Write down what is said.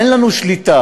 אין לנו שליטה.